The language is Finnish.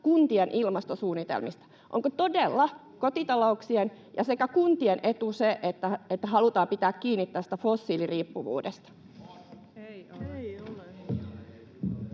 kuntien ilmastosuunnitelmista. Onko todella kotitalouksien sekä kuntien etu, että halutaan pitää kiinni tästä fossiiliriippuvuudesta?